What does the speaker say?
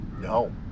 No